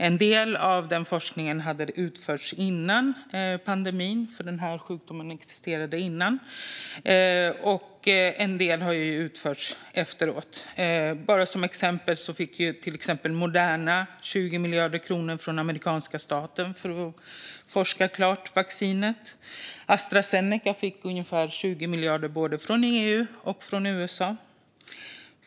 En del av forskningen hade utförts före pandemin, för den här sjukdomen existerade innan pandemin bröt ut, och en del har utförts efteråt. Som exempel kan nämnas att Moderna fick 20 miljarder kronor från den amerikanska staten för att forska klart om vaccinet. Astra Zeneca fick ungefär 20 miljarder både från EU och från USA.